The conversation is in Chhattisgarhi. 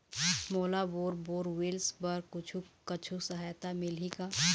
मोला बोर बोरवेल्स बर कुछू कछु सहायता मिलही का?